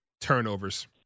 turnovers